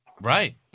Right